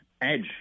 edge